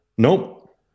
Nope